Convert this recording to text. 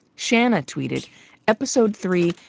shanna tweeted episode three,